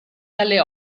dalle